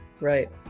Right